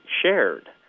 shared